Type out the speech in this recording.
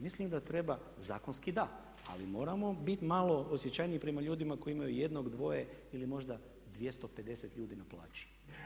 Mislim da treba, zakonski da, ali moramo bit malo osjećajniji prema ljudima koji imaju jednog, dvoje ili možda 250 ljudi na plaći.